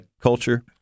culture